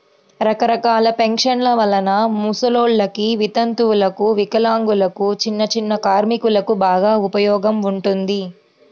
రకరకాల పెన్షన్ల వలన ముసలోల్లకి, వితంతువులకు, వికలాంగులకు, చిన్నచిన్న కార్మికులకు బాగా ఉపయోగం ఉంటుంది